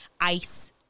Ice